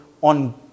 on